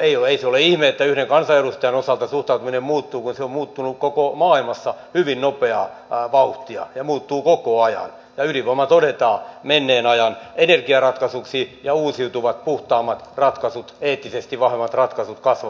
niin ei se ole ihme että yhden kansanedustajan osalta suhtautuminen muuttuu kun se on muuttunut koko maailmassa hyvin nopeaa vauhtia ja muuttuu koko ajan ja ydinvoima todetaan menneen ajan energiaratkaisuksi ja uusiutuvat puhtaammat ratkaisut eettisesti vahvemmat ratkaisut kasvavat